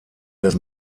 des